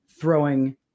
throwing